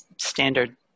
standard